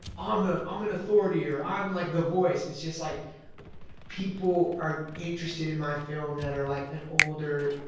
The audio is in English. um ah um an authority, or i'm like the voice. it's just like people are interested in my film that are like an older,